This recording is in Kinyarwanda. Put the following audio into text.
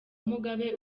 mugabe